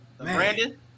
Brandon